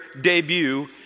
debut